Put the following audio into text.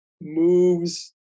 moves